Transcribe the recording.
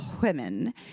women